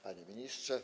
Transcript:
Panie Ministrze!